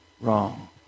wrong